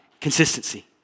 Consistency